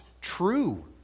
true